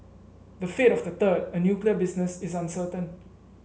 the fate of the third a nuclear business is uncertain